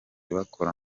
bakora